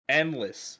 endless